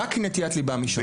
רק כי נטיית ליבם היא שונה.